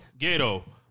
Gato